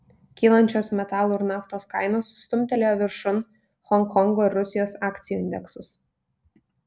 kylančios metalų ir naftos kainos stumtelėjo viršun honkongo ir rusijos akcijų indeksus